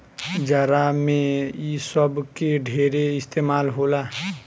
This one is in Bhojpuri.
जाड़ा मे इ सब के ढेरे इस्तमाल होला